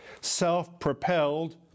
self-propelled